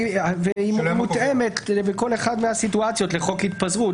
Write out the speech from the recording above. והיא מותאמת בכל אחת מהסיטואציות לחוק התפזרות,